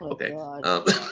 Okay